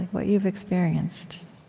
what you've experienced